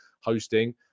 hosting